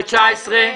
בסעיף 19?